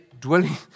dwelling